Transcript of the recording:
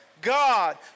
God